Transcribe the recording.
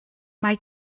mae